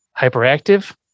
hyperactive